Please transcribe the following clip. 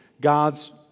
God's